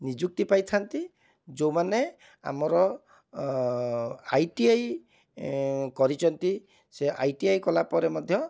ନିଯୁକ୍ତି ପାଇଥାନ୍ତି ଯେଉଁମାନେ ଆମର ଆଇ ଟି ଆଇ କରିଛନ୍ତି ସେ ଆଇ ଟି ଆଇ କଲାପରେ ମଧ୍ୟ